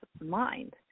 mind